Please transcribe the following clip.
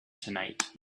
tonight